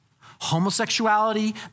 homosexuality